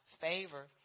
favor